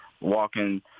walking